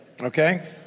Okay